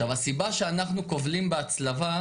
הסיבה שאנחנו כובלים בהצלבה,